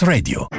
Radio